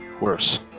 worse